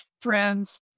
friends